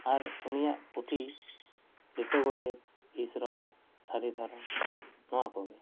ᱟᱨ ᱩᱱᱤᱭᱟᱜ ᱯᱩᱛᱷᱤ ᱞᱤᱴᱟᱹ ᱜᱚᱰᱮᱛ ᱤᱥᱨᱚᱲ ᱥᱟᱹᱨᱤ ᱫᱷᱚᱨᱚᱢ ᱱᱚᱣᱟ ᱠᱚ ᱜᱮ